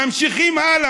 ממשיכים הלאה.